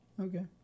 Okay